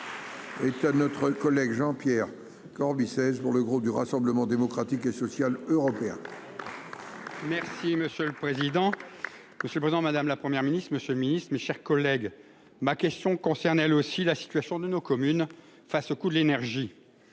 de notre collègue Jean-Pierre Camby 16 pour le groupe du Rassemblement démocratique et social européen. Merci Monsieur le Président que présent Madame la première ministre monsieur le Ministre, mes chers collègues, ma question concerne, elle aussi, la situation de nos communes face au coût de l'énergie,